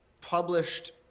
published